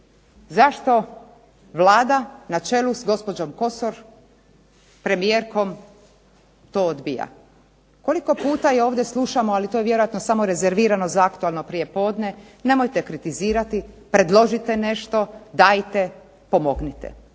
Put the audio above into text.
zašto Vlada na čelu s gospođom Kosor premijerkom to odbija. Koliko puta je ovdje slušamo ali to je vjerojatno samo rezervirano za aktualno prije podne, nemojte kritizirati, predložite nešto, dajte pomognite.